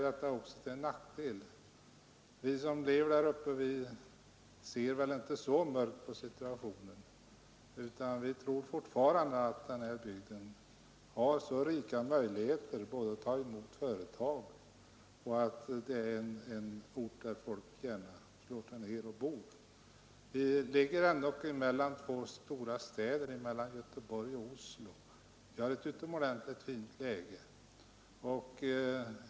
Vi som bor inom området ser inte så mörkt på situationen, utan vi tror fortfarande att bygden har rika möjligheter att ta emot företag och att erbjuda möjligheter för folk att bo där. Bygden ligger ändå mellan två stora städer, Göteborg och Oslo, och har ett utomordentligt fint läge.